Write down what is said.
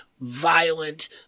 violent